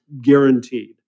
guaranteed